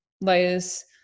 layers